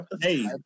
Hey